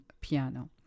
piano